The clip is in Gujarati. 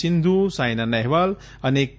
સિંધુ સાયના નહેવાલ અને કે